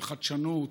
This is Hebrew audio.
של חדשנות,